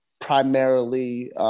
primarily